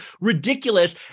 ridiculous